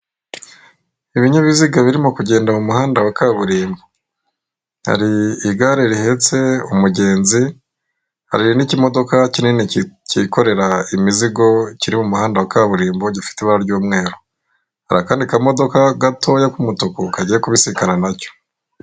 Ibinyabiziga birimo kugenda mumuhanda wa kaburimbo, hari igare rihetse umugenzi hari n'ikimodoka kinini cyikorera imizigo kiri mu muhanda wa kaburimbo gifite ibara ry'umweru hari akandi kamodoka gatoya k'umutuku kagiye kubisekana nacyo.